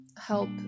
help